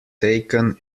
taken